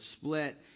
split